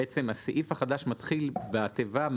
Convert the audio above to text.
הסעיף החדש מתחיל בתיבה,